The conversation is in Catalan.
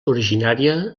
originària